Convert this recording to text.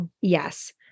Yes